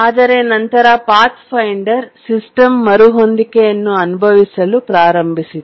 ಆದರೆ ನಂತರ Pathfinder system ಮರುಹೊಂದಿಕೆಯನ್ನು ಅನುಭವಿಸಲು ಪ್ರಾರಂಭಿಸಿತು